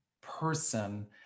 person